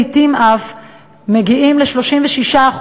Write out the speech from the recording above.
לעתים מגיעים אף ל-36%.